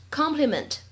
compliment